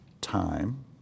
time